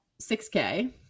6K